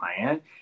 client